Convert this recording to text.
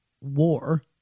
war